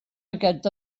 aquest